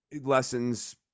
lessons